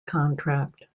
contract